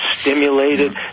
stimulated